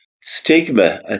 stigma